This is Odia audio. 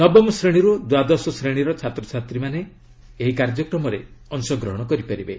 ନବମ ଶ୍ରେଣୀରୁ ଦ୍ୱାଦଶ ଶ୍ରେଣୀର ଛାତ୍ରଛାତ୍ରୀମାନେ ଏହି କାର୍ଯ୍ୟକ୍ରମରେ ଅଂଶ ଗ୍ରହଣ କରିପାରିବେ